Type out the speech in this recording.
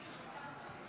אם כן, להלן תוצאות